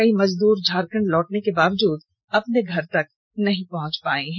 कई मजदूर झारखंड लौटने के बावजूद अपने घर नहीं लौट पाए हैं